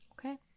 Okay